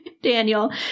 Daniel